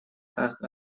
как